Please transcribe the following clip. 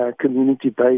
community-based